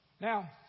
Now